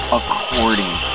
according